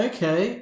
Okay